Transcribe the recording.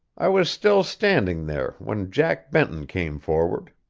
i was still standing there when jack benton came forward.